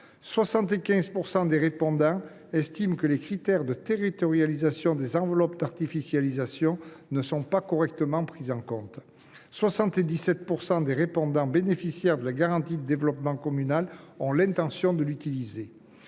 75 % des répondants estiment que les critères de territorialisation des enveloppes d’artificialisation ne sont pas correctement pris en compte ; 77 % des répondants bénéficiaires de la garantie de développement communal ont l’intention de l’utiliser